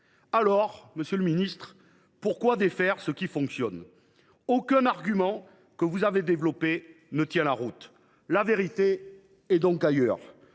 Aussi, monsieur le ministre, pourquoi défaire ce qui fonctionne ? Aucun des arguments que vous avez présentés ne tient la route. La vérité est donc ailleurs.